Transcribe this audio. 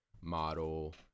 model